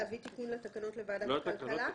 להביא תיקון לתקנות לוועדת הכלכלה?